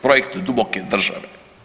Projekt duboke države.